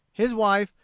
his wife,